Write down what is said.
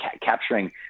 capturing